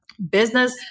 business